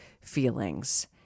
feelings